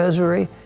misery.